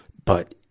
but,